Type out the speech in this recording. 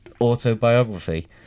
autobiography